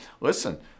listen